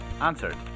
answered